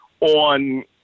on